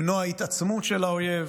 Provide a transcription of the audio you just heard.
למנוע התעצמות של האויב.